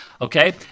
okay